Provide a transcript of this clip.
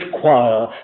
choir